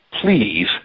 Please